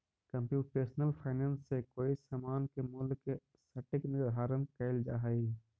computational finance से कोई समान के मूल्य के सटीक निर्धारण कैल जा हई